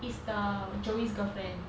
is the joey's girlfriend